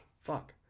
fuck